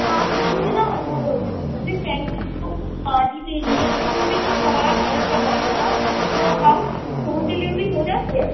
ہاں جی مجھے نہ وہ اپنے فرینڈس کو پارٹی دینی ہے تو مجھے کچھ سامان آڈر کروانا تھا تو آپ کے یہاں ہوم ڈلیوری ہو جاتی ہے